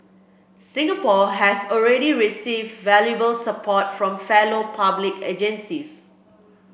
Singapore has already received valuable support from fellow public agencies